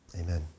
Amen